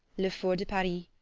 le four de paris,